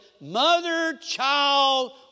mother-child